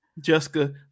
Jessica